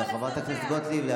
חברת הכנסת גוטליב,